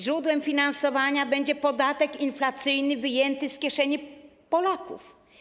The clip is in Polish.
Źródłem finansowania będzie tu podatek inflacyjny wyjęty z kieszeni Polaków.